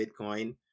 Bitcoin